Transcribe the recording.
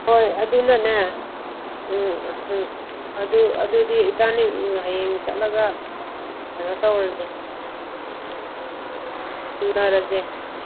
ꯍꯣꯏ ꯑꯗꯨꯅꯅꯦ ꯑꯗꯨ ꯑꯗꯨꯗꯤ ꯏꯕꯥꯅꯤ ꯍꯌꯦꯡ ꯆꯠꯂꯒ ꯀꯩꯅꯣ ꯇꯧꯔꯁꯦ ꯎꯅꯔꯁꯦ